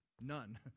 none